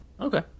Okay